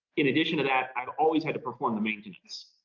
in addition to that, i've always had to perform the maintenance.